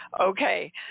Okay